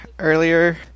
earlier